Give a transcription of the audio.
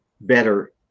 better